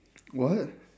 what